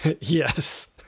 Yes